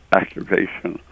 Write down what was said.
activation